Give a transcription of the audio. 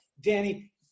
Danny